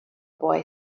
boy